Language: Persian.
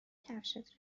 کفشت